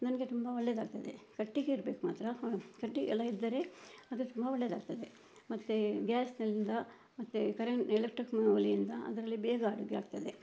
ನನಗೆ ತುಂಬ ಒಳ್ಳೆಯದಾಗ್ತದೆ ಕಟ್ಟಿಗೆ ಇರ್ಬೇಕು ಮಾತ್ರ ಕಟ್ಟಿಗೆ ಎಲ್ಲ ಇದ್ದರೆ ಅದು ತುಂಬ ಒಳ್ಳೆಯದಾಗ್ತದೆ ಮತ್ತು ಗ್ಯಾಸ್ನಲ್ಲಿಂದ ಮತ್ತೆ ಕರೆಂಟ್ ಎಲೆಕ್ಟ್ರಿಕ್ನ ಒಲೆಯಿಂದ ಅದರಲ್ಲಿ ಬೇಗ ಅಡುಗೆ ಆಗ್ತದೆ